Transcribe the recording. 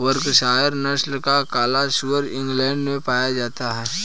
Berkshire नस्ल का काला सुअर इंग्लैण्ड में पाया जाता है